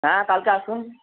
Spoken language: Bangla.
হ্যাঁ কালকে আসুন